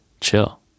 Chill